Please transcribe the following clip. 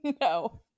No